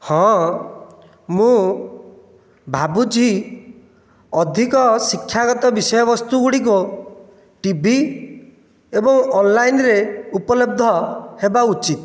ହଁ ମୁଁ ଭାବୁଛି ଅଧିକ ଶିକ୍ଷାଗତ ବିଷୟବସ୍ତୁ ଗୁଡ଼ିକ ଟିଭି ଏବଂ ଅନଲାଇନ୍ରେ ଉପଲବ୍ଧ ହେବା ଉଚିତ